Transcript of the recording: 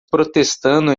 protestando